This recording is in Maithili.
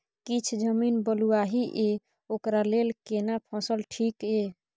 किछ जमीन बलुआही ये ओकरा लेल केना फसल ठीक ये?